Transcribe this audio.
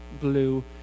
blue